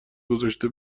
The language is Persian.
گذاشته